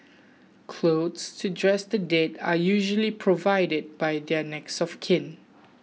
clothes to dress the dead are usually provided by their next of kin